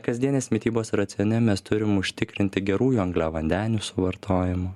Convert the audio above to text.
kasdienės mitybos racione mes turim užtikrinti gerųjų angliavandenių suvartojimo